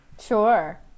sure